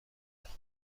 خدا